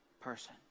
person